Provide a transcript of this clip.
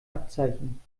abzeichen